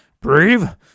brave